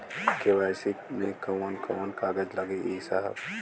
KYC मे कवन कवन कागज लगी ए साहब?